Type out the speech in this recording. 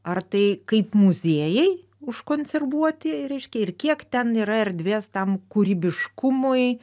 ar tai kaip muziejai užkonservuoti reiškia ir kiek ten yra erdvės tam kūrybiškumui